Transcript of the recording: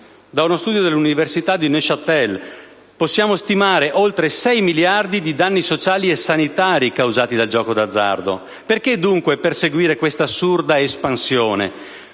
Uno studio dell'università di Neuchâtel stima in oltre 6 miliardi i danni sociali e sanitari causati dal gioco d'azzardo. Perché dunque perseguire questa assurda espansione?